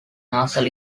nasal